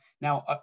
Now